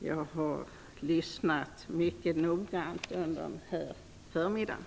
Jag har lyssnat mycket noggrant under den här förmiddagen.